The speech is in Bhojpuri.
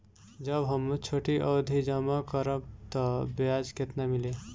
जब हम छोटी अवधि जमा करम त ब्याज केतना मिली?